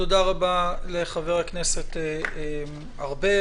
תודה רבה לחבר הכנסת ארבל.